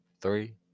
three